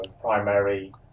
primary